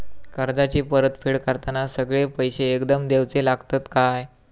कर्जाची परत फेड करताना सगळे पैसे एकदम देवचे लागतत काय?